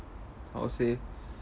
how to say